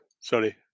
Sorry